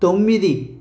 తొమ్మిది